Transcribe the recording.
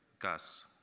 gas